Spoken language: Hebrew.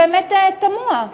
שהוא באמת תמוה?